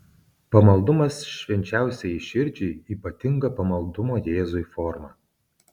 pamaldumas švenčiausiajai širdžiai ypatinga pamaldumo jėzui forma